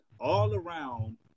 all-around